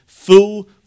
Full